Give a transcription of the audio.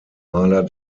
maler